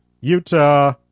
Utah